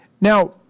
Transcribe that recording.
Now